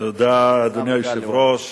אדוני היושב-ראש,